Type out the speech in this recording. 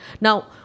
Now